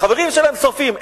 החברים שלהם שורפים.